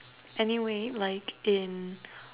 anyway like in